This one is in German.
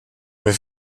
mir